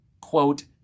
quote